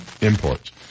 imports